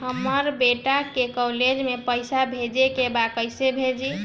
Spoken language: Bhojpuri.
हमर बेटा के कॉलेज में पैसा भेजे के बा कइसे भेजी?